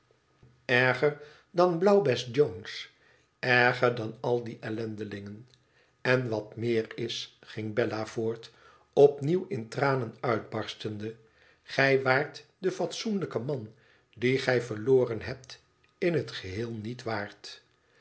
erger dan blauwbes jones erger dan al die ellendelingen n wat meer is ging bella voort opnieuw in tranen uitbarstende i gij waart den fatsoenlijken man dien gij verloren hebt in het geheel niet waard